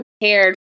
prepared